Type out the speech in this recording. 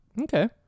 Okay